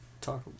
talk